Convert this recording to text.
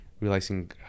realizing